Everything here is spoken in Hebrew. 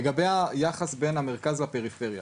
לגבי היחס בין המרכז לפריפריה